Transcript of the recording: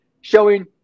showing